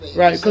right